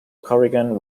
corrigan